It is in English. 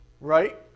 Right